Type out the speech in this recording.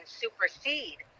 supersede